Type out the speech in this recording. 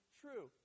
true